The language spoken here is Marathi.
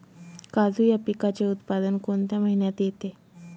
काजू या पिकाचे उत्पादन कोणत्या महिन्यात येते?